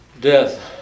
Death